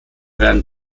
werden